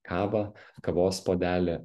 kavą kavos puodelį